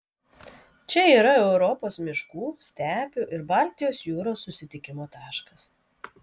čia yra europos miškų stepių ir baltijos jūros susitikimo taškas